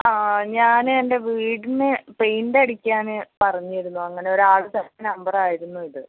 ആ ഞാൻ എൻ്റെ വീടിന് പെയിൻ്റടിക്കാൻ പറഞ്ഞിരുന്നു അങ്ങനൊരാളുടെ നമ്പറായിരുന്നു ഇത്